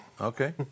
Okay